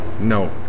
No